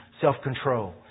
self-control